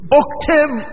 octave